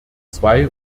zwei